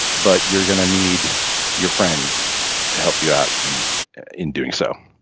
but you're going to need your friends to help you out in in doing so.